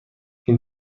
این